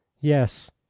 Yes